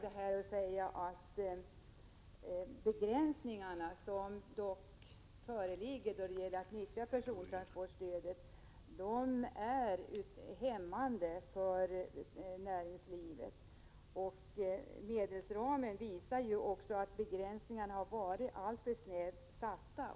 De begränsningar i möjligheterna att utnyttja persontransportstödet som föreligger är dock hämmande för näringslivet. Medelsramen visar att begränsningarna är alltför snäva.